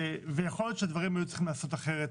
ויכול להיות שהדברים היו צריכים להיעשות אחרת,